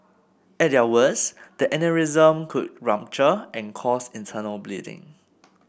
at their worst the aneurysm could rupture and cause internal bleeding